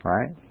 Right